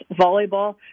volleyball